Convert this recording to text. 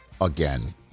again